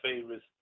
favorites